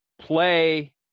play